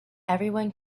everyone